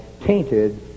tainted